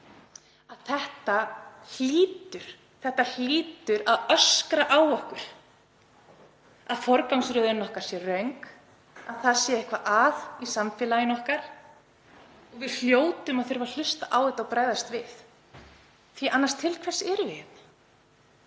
og ungra barna. Þetta hlýtur að öskra á okkur að forgangsröðun okkar sé röng, að það sé eitthvað að í samfélagi okkar. Við hljótum að þurfa að hlusta á þetta og bregðast við, því til hvers erum við